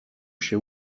się